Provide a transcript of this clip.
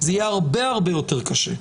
זה יהיה הרבה הרבה יותר קשה.